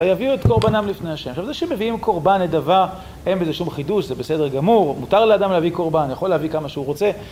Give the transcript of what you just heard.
ויביאו את קורבנם לפני ה'. עכשיו, זה שמביאים קורבן נדבה, אין בזה שום חידוש, זה בסדר גמור. מותר לאדם להביא קורבן, יכול להביא כמה שהוא רוצה.